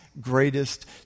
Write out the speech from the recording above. greatest